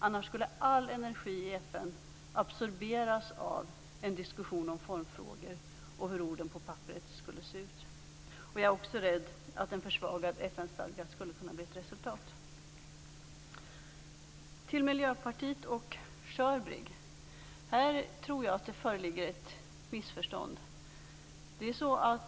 Annars skulle all energi i FN absorberas av en diskussion om formfrågor och hur orden på papperet skulle se ut. Jag är också rädd att en försvagad FN stadga skulle kunna bli ett resultat. Till Miljöpartiet och SHIRBRIG. Här tror jag att det föreligger ett missförstånd.